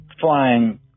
flying